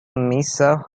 mesa